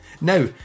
Now